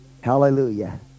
Hallelujah